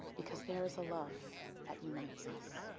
because there is a love that unites us.